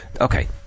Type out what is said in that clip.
Okay